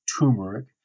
turmeric